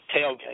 tailgate